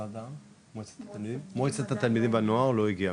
מועצת התלמידים והנוער לא הגיעה.